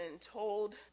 told